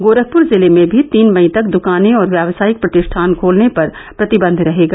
गोरखपुर जिले में भी तीन मई तक दुकानें और व्यावसायिक प्रतिष्ठान खोलने पर प्रतिबंध रहेगा